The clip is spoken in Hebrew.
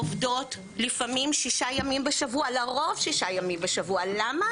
עובדות לפעמים שישה ימים בשבוע לרוב שישה ימים בשבוע למה?